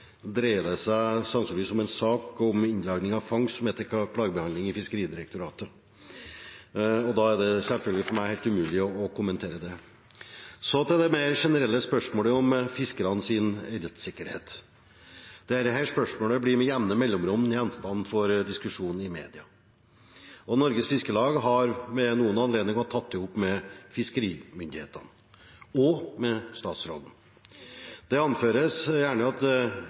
dreier det seg om en sak om inndragning av fangst som er til klagebehandling i Fiskeridirektoratet. Da er det selvfølgelig for meg helt umulig å kommentere det. Så til det mer generelle spørsmålet om fiskernes rettssikkerhet. Dette spørsmålet blir med jevne mellomrom gjenstand for diskusjon i media, og Norges Fiskarlag har ved noen anledninger tatt det opp med fiskerimyndighetene og med statsråden. Det anføres gjerne at